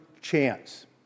chance